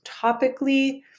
topically